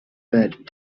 bed